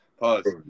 Pause